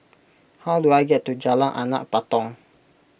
how do I get to Jalan Anak Patong